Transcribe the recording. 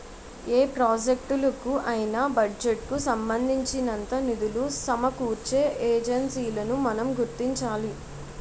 ఏ ప్రాజెక్టులకు అయినా బడ్జెట్ కు సంబంధించినంత నిధులు సమకూర్చే ఏజెన్సీలను మనం గుర్తించాలి